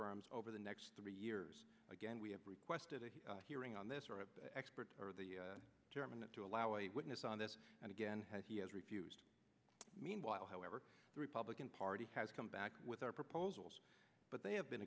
terms over the next three years again we have requested a hearing on this expert or the chairman not to allow a witness on this and again he has refused meanwhile however the republican party has come back with our proposals but they have been